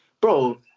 bro